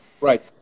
Right